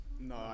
No